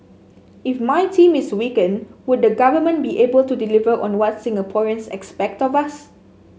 if my team is weakened would the government be able to deliver on what Singaporeans expect of us